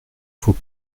faut